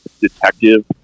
detective